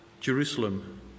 Jerusalem